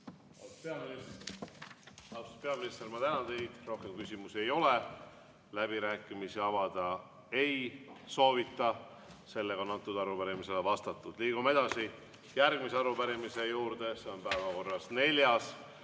Austatud peaminister, ma tänan teid! Rohkem küsimusi ei ole. Läbirääkimisi avada ei soovita. Arupärimisele on vastatud. Liigume edasi järgmise arupärimise juurde, see on päevakorras neljas: